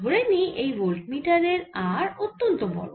ধরে নিই এই ভোল্ট মিটারের R অত্যন্ত বড়